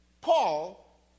Paul